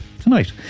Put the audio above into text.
tonight